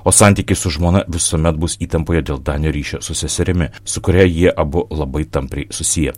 o santykiai su žmona visuomet bus įtampoje dėl danio ryšio su seserimi su kuria jie abu labai tampriai susiję